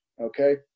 okay